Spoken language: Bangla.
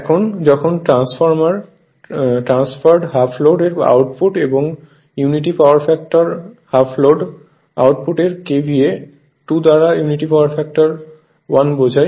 এখন যখন ট্রান্সফারড হাফ লোড এর আউটপুট এবং unity power factor half load output এর KVA 2 দ্বারা ইউনিটি পাওয়ার ফ্যাক্টর 1 বোঝায়